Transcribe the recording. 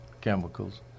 chemicals